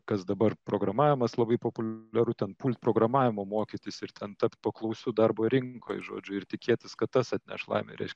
kas dabar programavimas labai populiaru ten pult programavimo mokytis ir ten tapt paklausiu darbo rinkoj žodžiu ir tikėtis kad tas atneš laimę